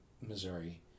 Missouri